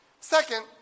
Second